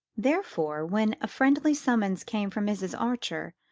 therefore when a friendly summons came from mrs. archer,